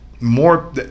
more